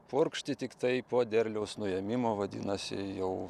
purkšti tiktai po derliaus nuėmimo vadinasi jau